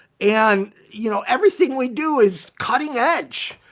and you know everything we do is cutting edge.